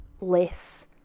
less